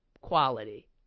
quality